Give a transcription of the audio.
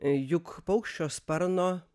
juk paukščio sparno